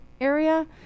area